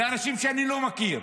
מאנשים שאני לא מכיר,